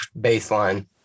baseline